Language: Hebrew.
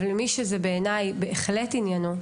אבל מי שבעיניי זה בהחלט עניינו,